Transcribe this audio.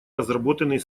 разработанный